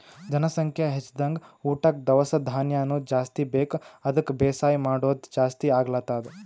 ಜನಸಂಖ್ಯಾ ಹೆಚ್ದಂಗ್ ಊಟಕ್ಕ್ ದವಸ ಧಾನ್ಯನು ಜಾಸ್ತಿ ಬೇಕ್ ಅದಕ್ಕ್ ಬೇಸಾಯ್ ಮಾಡೋದ್ ಜಾಸ್ತಿ ಆಗ್ಲತದ್